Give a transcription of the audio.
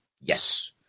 Yes